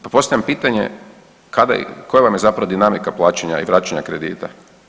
Pa postavljam pitanje kada i koja vam je zapravo dinamika plaćanja i vraćanja kredita?